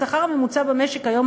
השכר הממוצע במשק היום,